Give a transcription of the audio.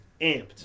amped